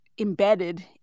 embedded